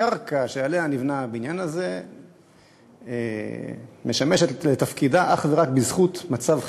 הקרקע שעליה נבנה הבניין הזה משמשת לתפקידה אך ורק בזכות מצב חירום.